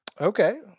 okay